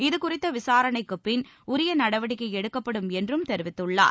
இதுகுறித்த விசாரணைக்குப் பின் உரிய நடவடிக்கை எடுக்கப்படும் என்றும் தெரிவித்துள்ளார்